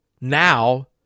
now